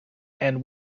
and